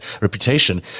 reputation